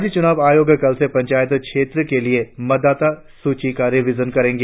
राज्य चूनाव आयोग कल से पंचायत क्षेत्रों के लिए मतदाता सूचि का रिविजन करेगा